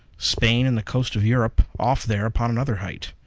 spain and the coast of europe, off there upon another height.